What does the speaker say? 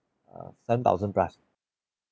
err seven thousand plus